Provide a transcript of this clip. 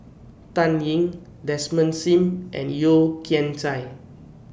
Dan Ying Desmond SIM and Yeo Kian Chai